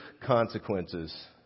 consequences